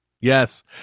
Yes